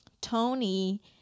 Tony